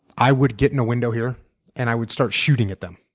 i would get in a window here and i would start shooting at them.